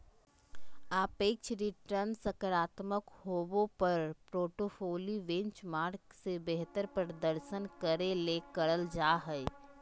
सापेक्ष रिटर्नसकारात्मक होबो पर पोर्टफोली बेंचमार्क से बेहतर प्रदर्शन करे ले करल जा हइ